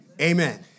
Amen